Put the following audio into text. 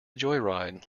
joyride